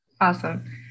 Awesome